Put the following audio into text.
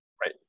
Right